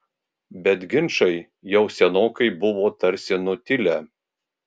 bet ginčai jau senokai buvo tarsi nutilę